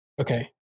Okay